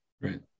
Right